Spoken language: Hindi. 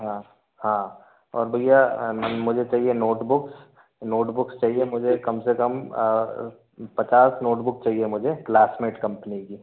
हाँ हाँ और भैया मुझे चाहिए नोटबुक नोटबुक्स चाहिए मुझे कम से कम पचास नोटबुक चाहिए मुझे क्लासमेट कम्पनी की